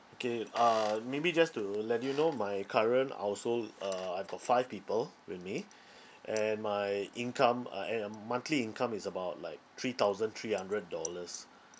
okay uh maybe just to let you know my current household uh I've got five people with me and my income uh and uh monthly income is about like three thousand three hundred dollars